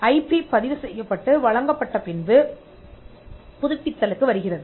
IP பதிவு செய்யப்பட்டு வழங்கப்பட்ட பின்பு புதுப்பித்தலுக்கு வருகிறது